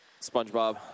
SpongeBob